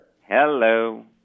Hello